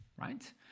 right